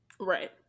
right